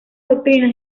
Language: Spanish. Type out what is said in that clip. doctrinas